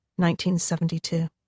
1972